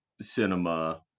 cinema